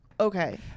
Okay